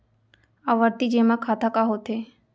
आवर्ती जेमा खाता का होथे?